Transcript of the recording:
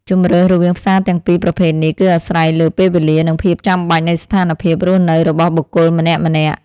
ជម្រើសរវាងផ្សារទាំងពីរប្រភេទនេះគឺអាស្រ័យលើពេលវេលានិងភាពចាំបាច់នៃស្ថានភាពរស់នៅរបស់បុគ្គលម្នាក់ៗ។